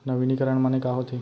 नवीनीकरण माने का होथे?